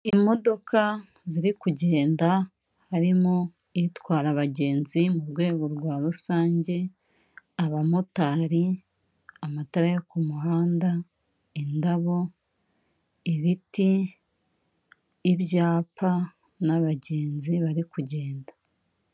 Imodoka ziri kugenda harimo itwara abagenzi mu rwego rwa rusange, abamotari, amatara yo ku kumuhanda, indabo, ibiti, ibyapa, n'abagenzi bari kugenda.